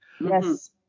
Yes